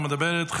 לא מדברת.